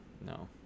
No